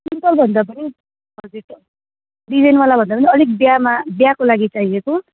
सिम्पलभन्दा पनि हजुर डिजाइनवाला भन्दा पनि अलिक बिहामा बिहाको लागि चाहिएको